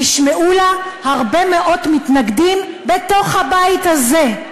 נשמעו לה הרבה מאוד מתנגדים בתוך הבית הזה,